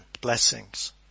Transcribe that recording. blessings